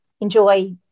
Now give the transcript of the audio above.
enjoy